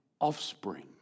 offspring